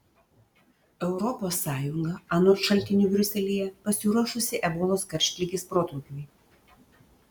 europos sąjunga anot šaltinių briuselyje pasiruošusi ebolos karštligės protrūkiui